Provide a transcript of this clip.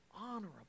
honorable